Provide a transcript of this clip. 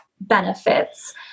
benefits